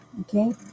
okay